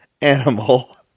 animal